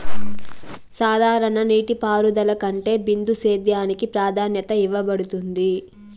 సాధారణ నీటిపారుదల కంటే బిందు సేద్యానికి ప్రాధాన్యత ఇవ్వబడుతుంది